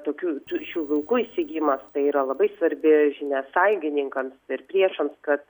tokių tų šių vilkų įsigijimas tai yra labai svarbi žinia sąjungininkams ir priešams kad